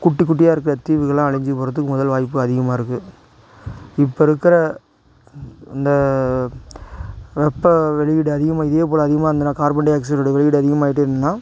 குட்டி குட்டியா இருக்கிற தீவுகள்லாம் அழிஞ்சி போகிறதுக்கு முதல் வாய்ப்பு அதிகமாக இருக்கு இப்போ இருக்கிற இந்த வெப்ப வெளியீடு அதிகமாக இதேபோல அதிகமா இருந்துதுனா கார்பன்டை ஆக்ஸைடோடைய வெளியீடு அதிகமாயிட்டே இருந்துதுன்னால்